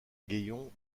gaillon